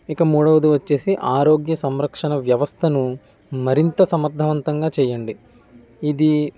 ఇక మూడోది వచ్చేసి ఆరోగ్య సంరక్షణ వ్యవస్థను మరింత సమర్థవంతంగా చేయండి ఇది